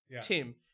Tim